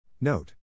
Note